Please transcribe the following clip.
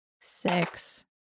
Six